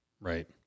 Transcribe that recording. Right